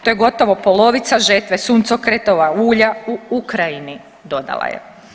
To je gotovo polovica žetve suncokretova ulja u Ukrajini dodala je.